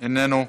איננו,